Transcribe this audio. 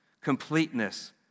completeness